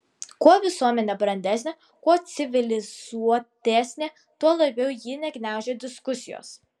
kuo visuomenė brandesnė kuo civilizuotesnė tuo labiau ji negniaužia diskusijos